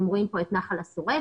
אתם רואים כאן את נחל השורק.